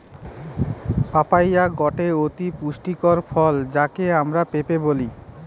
papaya গটে অতি পুষ্টিকর ফল যাকে আমরা পেঁপে বলি